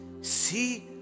See